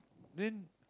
then